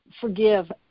forgive